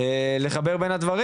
לחבר בין הדברים.